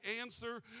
answer